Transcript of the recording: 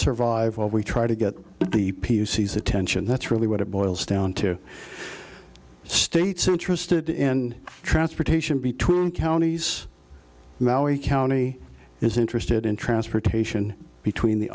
while we try to get the pc's attention that's really what it boils down to states interested in transportation between counties county is interested in transportation between the